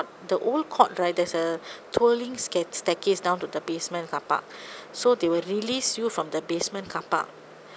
the old court right there's a twirling stair~ staircase down to the basement car park so they will release you from the basement car park